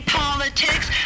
politics